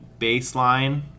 baseline